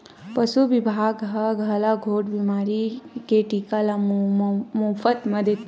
पसु बिभाग ह गलाघोंट बेमारी के टीका ल मोफत म देथे